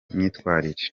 myitwarire